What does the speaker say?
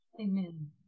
amen